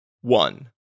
one